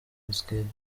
wizkid